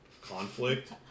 conflict